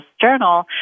journal